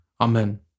Amen